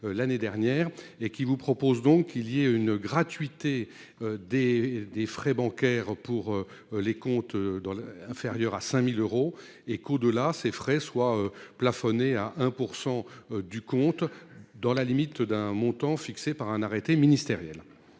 L'année dernière et qui vous propose donc il y a une gratuité des des frais bancaires pour les comptes dans le inférieur à 5000 euros et de là ces frais soit plafonné à 1% du compte dans la limite d'un montant fixé par un arrêté ministériel.